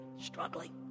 struggling